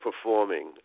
performing